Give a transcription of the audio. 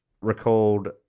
recalled